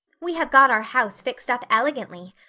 we have got our house fixed up elegantly.